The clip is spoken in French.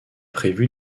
prévu